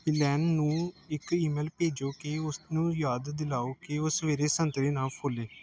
Elaine ਨੂੰ ਇੱਕ email ਭੇਜੋ ਕਿ ਉਸ ਨੂੰ ਯਾਦ ਦਿਵਾਓ ਕਿ ਉਹ ਸਵੇਰੇ ਸੰਤਰੇ ਨਾ ਫੋਲੇ